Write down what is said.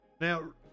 Now